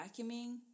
vacuuming